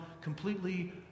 completely